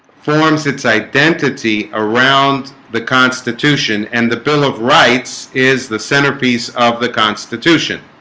forms its identity around the constitution and the bill of rights is the centerpiece of the constitution?